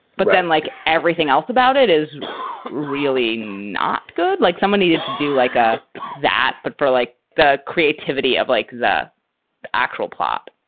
but then like everything else about it is really not good. like someone needed to do like ah that. but for like that creativity of like the actual plot